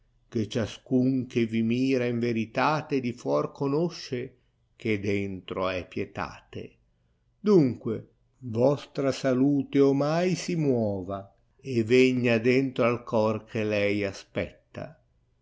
che ciascun che tì mira in ventate di fuor conosce che dentro è pietà te dunqcbe tostra salute ornai si muota e vegna dentro al cor che lei aspetta